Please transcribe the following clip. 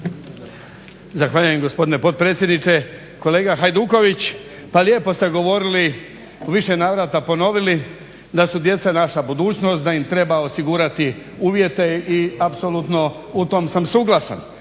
Zahvaljujem gospodine potpredsjedniče. Kolega Hajduković, pa lijepo ste govorili u više navrata ponovili da su djeca naša budućnost da im treba osigurati uvjete i apsolutno u tom sam suglasan,